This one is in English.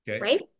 right